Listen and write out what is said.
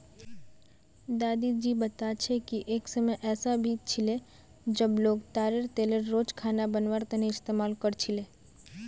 दादी जी बता छे कि एक समय ऐसा भी छिले जब लोग ताडेर तेलेर रोज खाना बनवार तने इस्तमाल कर छीले